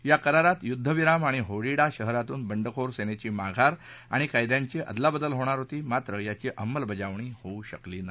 या करारात युद्धविराम आणि होडीडा शहरातून बंडखोर सेनेची माघार आणि कैद्यांची अदलाबदल होणार होती मात्र याची अंमलबजावणी होऊ शकली नाही